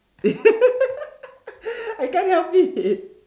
I can't help it